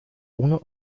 ohne